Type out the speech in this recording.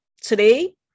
today